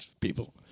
people